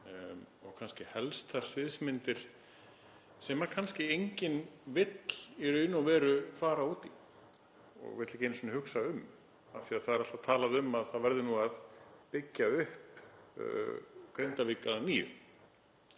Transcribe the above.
kannski helst þær sviðsmyndir sem enginn vill í raun og veru fara út í og vill ekki einu sinni hugsa um af því að alltaf er talað um að það verði að byggja upp Grindavík að nýju.